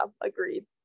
agreed